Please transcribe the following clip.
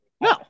No